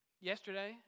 yesterday